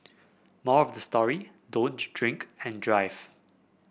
moral of the story don't drink and drive